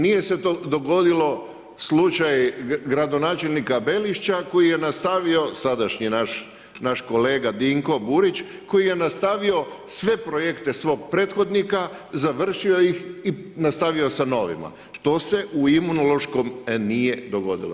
Nije se dogodilo slučaj gradonačelnika Belišća, koji je nastavio, sadašnji naš kolega Dinko Burić, koji je nastavio sve projekte svog prethodnika, završio ih i nastavio sa novima, to se u Imunološkom nije dogodilo.